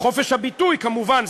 חופש הביטוי כמובן,